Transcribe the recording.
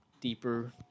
deeper